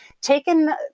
taken